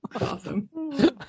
awesome